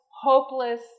hopeless